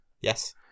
Yes